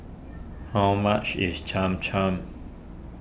how much is Cham Cham